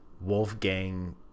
Wolfgang